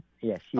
yes